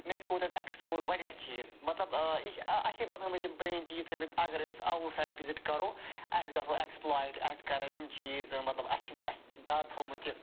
مےٚ تہِ کوٚر تتہِ ایٚکسپلور واریاہ چیٖز مَطلَب یہِ چھِ اَسے بَنٲیمٕتۍ یِم پرٛٲنۍ چیٖز اگر أسۍ اَوُٹ سایڈ وِزِٹ کرو أسۍ گَژھو ایٚکسپلۄیٹ اَسہِ کَرَن یِم چیٖز مَطلَب اَسہِ چھِنہٕ اَسہِ چھِ ڈَر تھوٚمُت یہِ